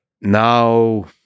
now